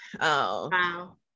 Wow